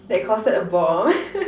that costed a bomb